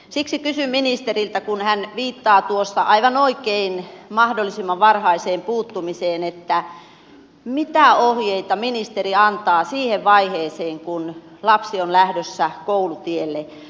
siksi kysyn ministeriltä kun hän viittaa tuossa aivan oikein mahdollisimman varhaiseen puuttumiseen mitä ohjeita ministeri antaa siihen vaiheeseen kun lapsi on lähdössä koulutielle